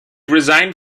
resigned